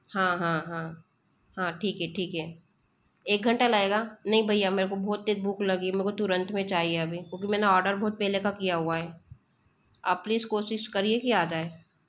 हाँ हाँ हाँ हाँ ठीक है ठीक है एक घंटा लगेगा नहीं भय्या मेरे को बहुत तेज भूख लगी है मेको तुरंत में चाहिये अभी क्योंकि मैंने ओडर बहुत पहले का किया हुआ है आप प्लीज़ कोशिश करिये कि आ जाए